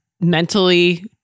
mentally